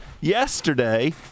yesterday